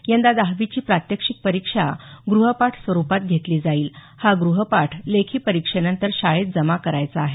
यंदा दहावीची प्रात्यक्षिक परीक्षा ग्रहपाठ स्वरुपात घेतली जाईल हा ग्रहपाठ लेखी परीक्षेनंतर शाळेत जमा करायचा आहे